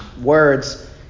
words